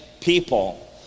people